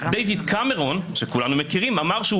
דיויד קמרון שכולנו מכירים אמר שהוא